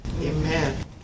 Amen